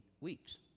weeks